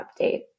update